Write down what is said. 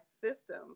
system